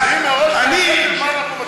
על מה אנחנו מצביעים?